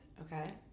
Okay